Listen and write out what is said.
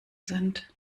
sind